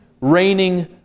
reigning